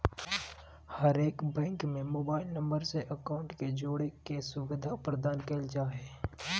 हरेक बैंक में mobile number से अकाउंट के जोड़े के सुविधा प्रदान कईल जा हइ